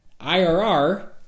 IRR